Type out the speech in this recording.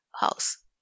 house